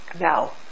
Now